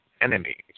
enemies